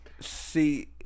See